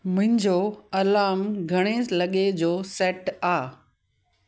मुंहिंजो अलार्म घणे लॻे जो सेट आहे